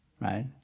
Right